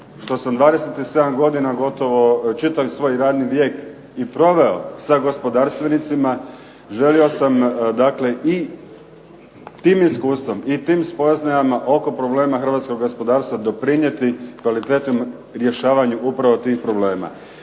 što sam 27 godina gotovo čitavi svoj radni vijek i proveo sa gospodarstvenicima želio sam dakle i tim iskustvom i tim spoznajama oko problema hrvatskog gospodarstva doprinijeti kvalitetnom rješavanju upravo tih problema.